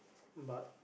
but